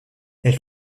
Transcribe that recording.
elle